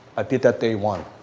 i did that day one.